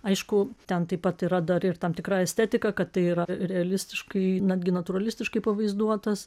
aišku ten taip pat yra dar ir tam tikra estetika kad tai yra realistiškai netgi natūralistiškai pavaizduotas